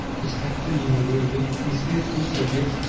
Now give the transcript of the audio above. puts capital in a railway, his faithful subjects,